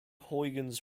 huygens